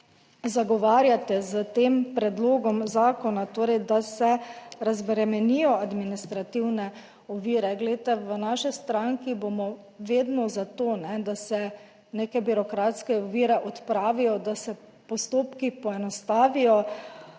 zagovarjate s tem predlogom zakona, torej, da se razbremenijo administrativne ovire, glejte, v naši stranki bomo vedno za to, da se neke birokratske ovire odpravijo, da se postopki poenostavijo.